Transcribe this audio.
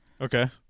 okay